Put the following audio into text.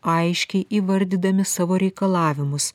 aiškiai įvardydami savo reikalavimus